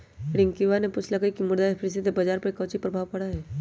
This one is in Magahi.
रियंकवा ने पूछल कई की मुद्रास्फीति से बाजार पर काउची प्रभाव पड़ा हई?